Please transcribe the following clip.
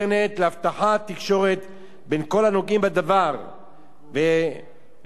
בין כל הנוגעים בדבר ולמציאת פתרונות שניתנים ליישום,